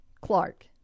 Clark